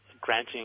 granting